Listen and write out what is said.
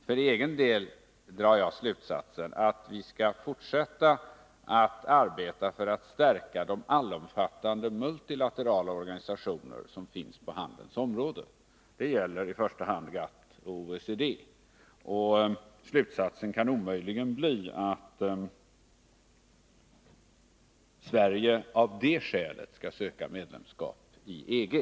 För egen del drar jag slutsatsen att vi skall fortsätta att arbeta för att stärka de allomfattande multilaterala organisationer som finns på handelns område. Det gäller i första hand GATT och OECD. Slutsatsen kan omöjligen bli att Sverige av det skälet skall söka medlemskap i EG.